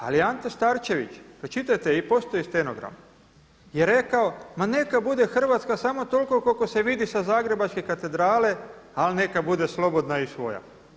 Ali Ante Starčević, pročitajte postoji stenogram, je rekao ma neka bude Hrvatska samo toliko koliko se vidi sa Zagrebačke katedrale ali neka bude slobodna i svoja.